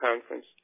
conference